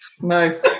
no